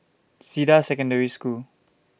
Cedar Secondary School